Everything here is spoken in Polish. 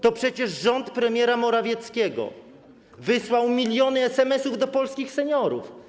To przecież rząd premiera Morawieckiego wysłał miliony SMS-ów do polskich seniorów.